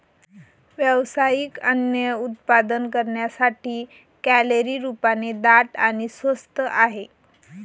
व्यावसायिक अन्न उत्पादन करण्यासाठी, कॅलरी रूपाने दाट आणि स्वस्त आहे